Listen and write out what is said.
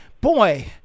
boy